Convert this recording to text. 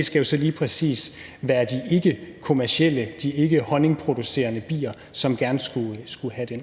skal så lige præcis være de ikkekommercielle, de ikkehonningproducerende bier, som gerne skulle have den.